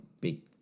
big